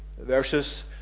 verses